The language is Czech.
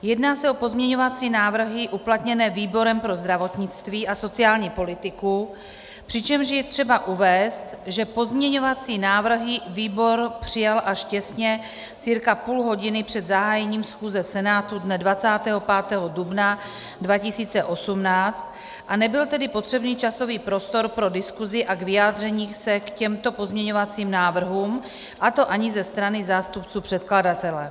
Jedná se o pozměňovací návrhy uplatněné výborem pro zdravotnictví a sociální politiku, přičemž je třeba uvést, že pozměňovací návrhy výbor přijal až těsně, cca půl hodiny před zahájením schůze Senátu dne 25. dubna 2018, a nebyl tedy potřebný časový prostor pro diskusi a k vyjádření se k těmto pozměňovacím návrhům, a to ani ze strany zástupců předkladatele.